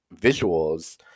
visuals